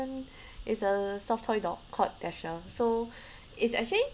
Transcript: is a soft toy dog called dasher so it's actually